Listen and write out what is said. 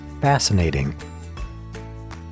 fascinating